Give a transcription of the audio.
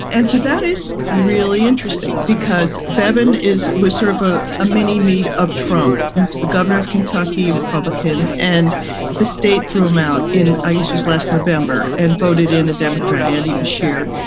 and so that is really interesting, because bevin is was sort of ah a mini meat of trump. he was the governor of kentucky republican. and the state threw him out in, i guess was last november and voted in a democrat, andy, per share.